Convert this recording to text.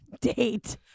date